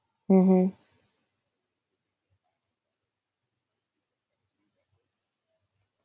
mmhmm